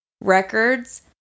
records